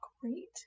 great